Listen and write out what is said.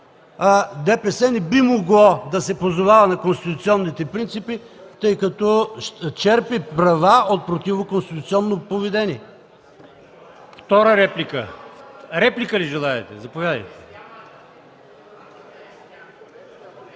ДПС не би могло да се позовава на конституционните принципи, тъй като черпи права от противоконституционно поведение.